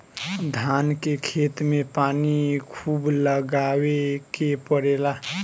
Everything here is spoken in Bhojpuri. धान के खेत में पानी खुब लगावे के पड़ेला